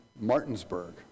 Martinsburg